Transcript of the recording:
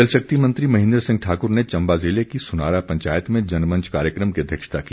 जल शक्ति महेन्द्र सिंह ठाक्र ने चंबा ज़िले की सुनारा पंचायत में जनमंच कार्यक्रम की अध्यक्षता की